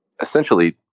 essentially